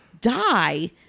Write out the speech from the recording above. die